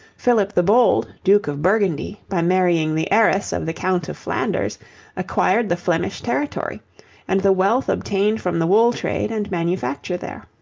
philip the bold, duke of burgundy, by marrying the heiress of the count of flanders acquired the flemish territory and the wealth obtained from the wool trade and manufacture there.